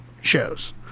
shows